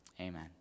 Amen